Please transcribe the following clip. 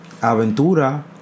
Aventura